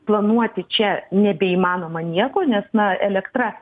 planuoti čia nebeįmanoma nieko nes na elektra